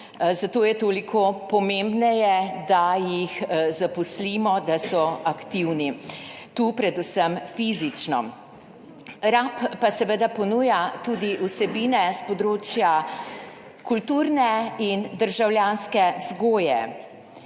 zato je toliko pomembneje, da jih zaposlimo, da so aktivni, predvsem fizično. RaP pa seveda ponuja tudi vsebine s področja kulturne in državljanske vzgoje.